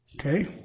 okay